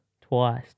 twice